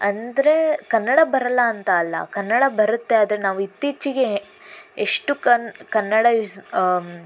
ಅಂದರೆ ಕನ್ನಡ ಬರಲ್ಲ ಅಂತ ಅಲ್ಲ ಕನ್ನಡ ಬರತ್ತೆ ಆದರೆ ನಾವು ಇತ್ತೀಚಿಗೆ ಎಷ್ಟು ಕನ್ ಕನ್ನಡ ಯೂಸ್